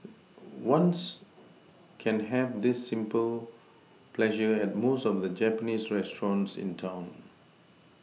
ones can have this simple pleasure at most of the Japanese restaurants in town